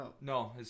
No